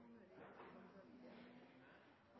er sammen med